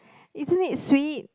isn't it sweet